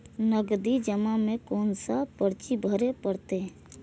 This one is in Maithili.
नगदी जमा में कोन सा पर्ची भरे परतें?